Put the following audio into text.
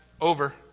over